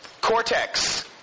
cortex